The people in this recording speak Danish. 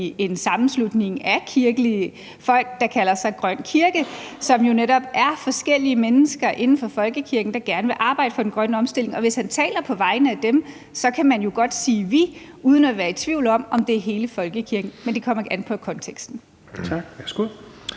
en sammenslutning af kirkelige folk, der kalder sig Grøn Kirke, som netop er forskellige mennesker inden for folkekirken, der gerne vil arbejde for den grønne omstilling. Og hvis han taler på vegne af dem, kan man jo godt sige »vi« uden at være i tvivl om, om det er hele folkekirken. Men det kommer an på konteksten. Kl. 16:10